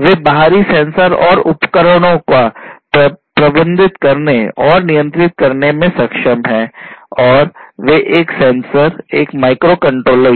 वे बाहरी सेंसर और उपकरणों को प्रबंधित करने और नियंत्रित करने में सक्षम हैं और वे एक सेंसर एक माइक्रोकंट्रोलर